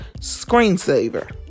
Screensaver